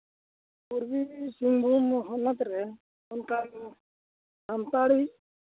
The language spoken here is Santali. ᱯᱩᱨᱵᱤ ᱥᱤᱝᱵᱷᱩᱢ ᱦᱚᱱᱚᱛ ᱨᱮ ᱚᱱᱠᱟᱱ ᱥᱟᱱᱛᱟᱲᱤ